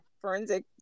forensic